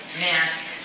mask